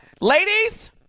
ladies